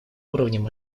уровнем